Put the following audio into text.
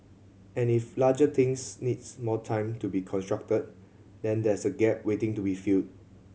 and if larger things needs more time to be constructed then there's a gap waiting to be filled